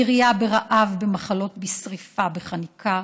בירייה, ברעב, במחלות, בשרפה, בחניקה